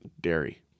dairy